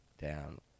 down